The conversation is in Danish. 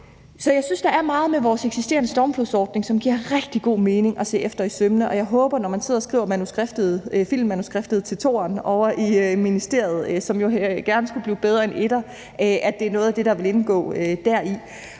Så jeg synes, at der er meget med vores eksisterende stormflodsordning, som giver rigtig god mening at se efter i sømmene. Og jeg håber, at det, når man sidder og skriver filmmanuskriptet til toeren ovre i ministeriet, som jo gerne skulle blive bedre end etteren, er noget af det, der vil indgå deri.